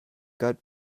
got